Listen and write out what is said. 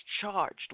charged